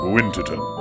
Winterton